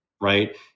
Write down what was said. right